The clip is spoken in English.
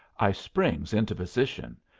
i springs into position,